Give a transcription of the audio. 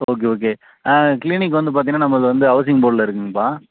okay okay ஆ clinic வந்து பார்த்தீங்கன்னா நம்மளது வந்து ஹவுஸிங் போர்டில் இருக்குங்கப்பா